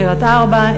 קריית-ארבע,